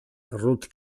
ruth